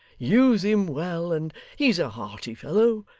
use him well, and he's a hearty fellow,